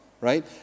right